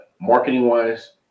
marketing-wise